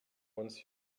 wants